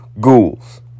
Ghouls